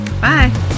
bye